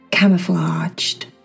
Camouflaged